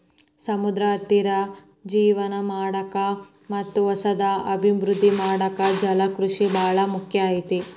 ಸಮುದ್ರದ ಹತ್ತಿರ ಜೇವನ ಮಾಡಾಕ ಮತ್ತ್ ಹೊಸದನ್ನ ಅಭಿವೃದ್ದಿ ಮಾಡಾಕ ಜಲಕೃಷಿ ಬಾಳ ಮುಖ್ಯ ಐತಿ